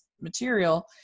material